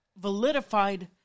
validified